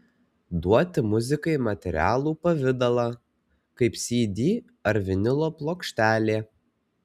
duoti muzikai materialų pavidalą kaip cd ar vinilo plokštelė